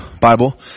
Bible